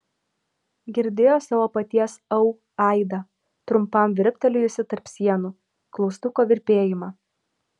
girdėjo savo paties au aidą trumpam virptelėjusį tarp sienų klaustuko virpėjimą